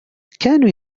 كانوا